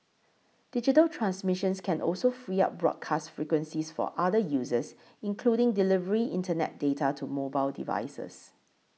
digital transmissions can also free up broadcast frequencies for other uses including delivering Internet data to mobile devices